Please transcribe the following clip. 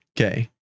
Okay